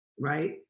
right